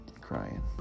crying